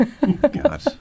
God